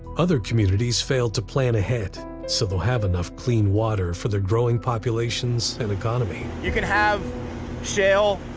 other communities fail to plan ahead so they'll have enough clean water for their growing populations and economy. you can have shale,